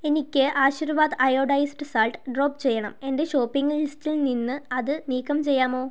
എനിക്ക് Aashirvaad iodised salt drop ചെയ്യണം എന്റെ ഷോപ്പിംഗ് ലിസ്റ്റിൽ നിന്ന് അത് നീക്കം ചെയ്യാമോ